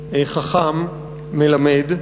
חכם, מלמד,